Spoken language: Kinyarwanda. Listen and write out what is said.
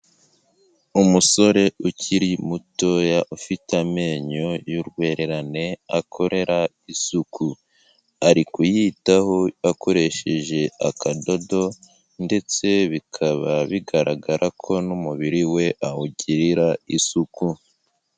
Umusore ukiri mutoya ufite amenyo y'urwererane akorera isuku, ari kuyitaho akoresheje akadodo, ndetse bikaba bigaragara ko n'umubiri we awugirira isuku.